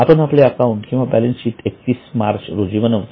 आपण आपले अकाऊंट किंवा बॅलन्स शीट 31 मार्च रोजी बनवतो